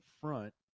front